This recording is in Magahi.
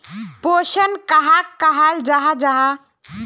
पोषण कहाक कहाल जाहा जाहा?